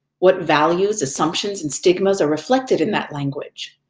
what values, assumptions, and stigmas are reflected in that language?